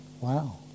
Wow